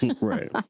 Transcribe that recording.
Right